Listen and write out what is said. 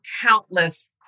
countless